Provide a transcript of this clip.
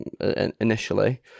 initially